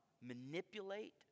manipulate